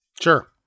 Sure